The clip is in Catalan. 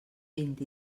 vint